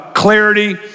Clarity